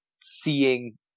seeing